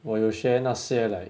我有 share 那些 like